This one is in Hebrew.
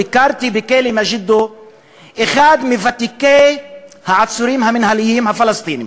ביקרתי בכלא מג'ידו אחד מוותיקי העצורים המינהליים הפלסטינים.